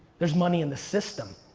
there's money in the system.